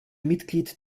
mitglied